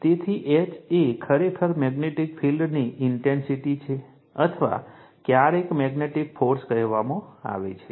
તેથી H એ ખરેખર મેગ્નેટિક ફિલ્ડની ઇન્ટેન્સિટી છે અથવા ક્યારેક મેગ્નેટિક ફોર્સ કહેવામાં આવે છે